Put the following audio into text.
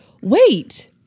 wait